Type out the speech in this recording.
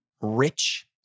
rich